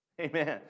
Amen